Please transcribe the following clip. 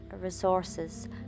resources